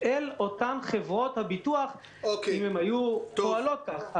אל חברות הביטוח, אם הן היו פועלות כך.